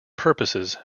purposes